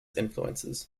influences